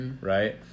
right